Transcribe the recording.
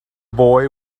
boy